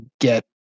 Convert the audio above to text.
get